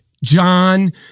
john